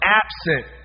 absent